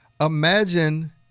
Imagine